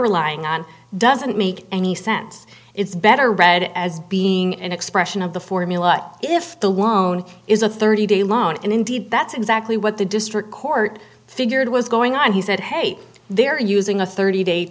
relying on doesn't make any sense it's better read as being an expression of the formula if the loan is a thirty day loan and indeed that's exactly what the district court figured was going on he said hey they're using a thirty day